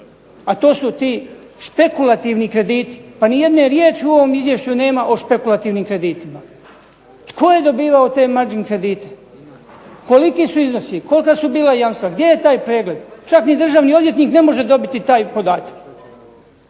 a to su ti špekulativni krediti, pa niti jedne riječi nema u ovom izvješću o špekulativnim kreditima. Tko je dobivao te imagine kredite, koliki su iznosi, kolika su bila jamstva, gdje je taj pregled, čak ni državni odvjetnik ne može dobiti taj podatak.